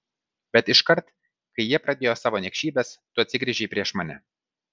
bet iškart kai jie pradėjo savo niekšybes tu atsigręžei prieš mane